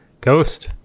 Ghost